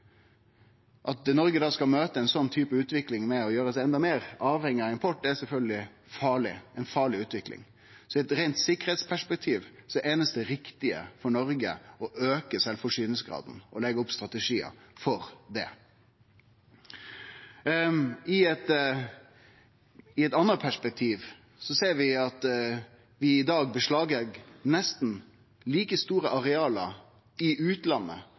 At Noreg da skal møte ei sånn utvikling med å gjere oss enda meir avhengige av import, er sjølvsagt ei farleg utvikling. I eit reint sikkerheitsperspektiv er det einaste riktige for Noreg å auke sjølvforsyningsgraden og leggje strategiar for det. I eit anna perspektiv ser vi at vi i dag beslaglegg nesten like store areal i utlandet